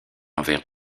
envers